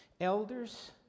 Elders